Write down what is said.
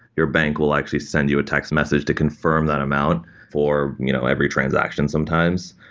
your bank will actually send you a text message to confirm that amount for you know every transaction sometimes.